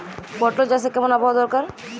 পটল চাষে কেমন আবহাওয়া দরকার?